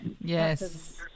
Yes